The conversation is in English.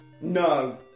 No